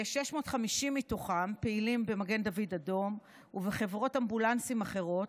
כ-650 מהם פעילים במגן דוד אדום ובחברות אמבולנסים אחרות,